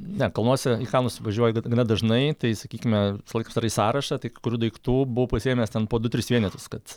ne kalnuose į kalnus važiuoju gana dažnai tai sakykime visąlaik sudarai sąrašą tai kai kurių daiktų buvau pasiėmęs ten po du tris vienetus kad